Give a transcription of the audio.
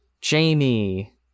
Jamie